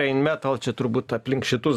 rheinmetall čia turbūt aplink šitus